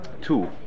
two